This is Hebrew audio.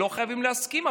לא חייבים להסכים,